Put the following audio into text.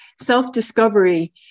self-discovery